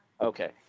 Okay